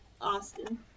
Austin